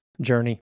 journey